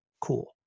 cool